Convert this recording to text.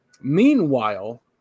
Meanwhile